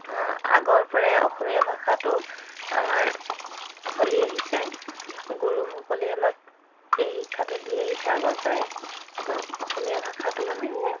আগৰপৰাই অসমীয়া ভাষাটো আমাৰ চলি আহিছে গুৰুসকলে আমাক এই শিক্ষটো দি আহিছে আগৰপৰাই তেও অসমীয়া ভাষাটো মানে